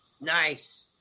Nice